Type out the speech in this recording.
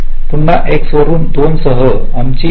पुन्हा x वरून २ सह आमची एज 2